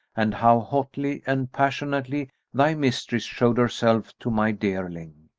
and how hotly and passionately thy mistress showed herself to my dearling?